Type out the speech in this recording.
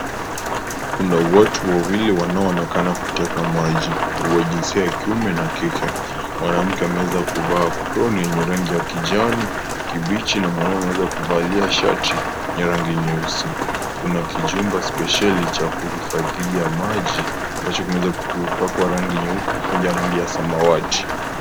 Kuna watu wawili wanaoonekana kuteka maji, wa jinsia ya kiume na kike. Mwanamke ameweza kuvaa aproni yenye rangi ya kijani kibichi na mwanaume ameweza kuvalia shati ya rangi nyeusi. Kuna kijumba spesheli cha kuhifadhia maji ambacho kimeweza kupakwa rangi nyeupe pamoja na rangi ya samawati.